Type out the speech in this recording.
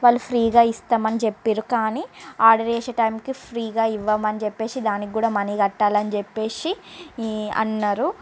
వాళ్ళు ఫ్రీగా ఇస్తాం అని చెప్పిర్రు కానీ ఆర్డర్ చేసే టైమ్కి ఫ్రీగా ఇవ్వమని చెప్పి దానికి కూడా మనీ కట్టాలి అని చెప్పి ఈ అన్నారు